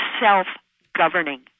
self-governing